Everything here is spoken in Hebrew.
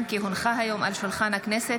אנחנו נעבור להצבעה, חבריי חברי הכנסת,